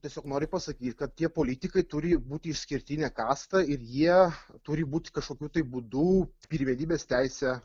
tiesiog nori pasakyt kad tie politikai turi būti išskirtinė kasta ir jie turi būt kažkokiu tai būdu pirmenybės teise